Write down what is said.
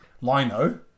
lino